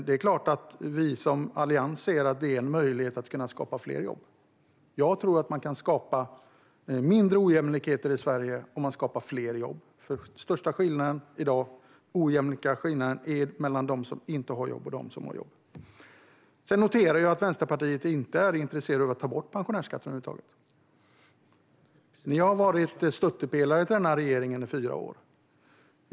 Det är klart att vi som allians ser att detta är en möjlighet att skapa fler jobb. Jag tror att man kan minska ojämlikheten i Sverige om man skapar fler jobb, för den största skillnaden och ojämlikheten råder i dag mellan dem som inte har jobb och dem som har jobb. Jag noterar att ni i Vänsterpartiet inte är intresserade av att ta bort pensionärsskatten över huvud taget. Ni har varit stöttepelare till den här regeringen i fyra år.